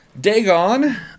Dagon